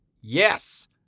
Yes